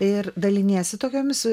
ir daliniesi tokiomis